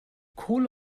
kohle